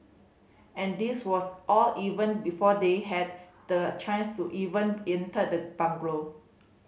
and this was all even before they had the chance to even enter the bungalow